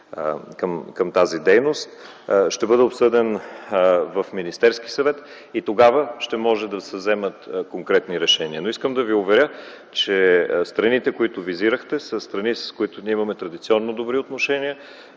към тази дейност, ще бъде обсъден в Министерски съвет и тогава ще могат да се вземат конкретни решения. Искам да Ви уверя, че страните, които визирахте, са страни, с които ние имаме традиционно добри отношения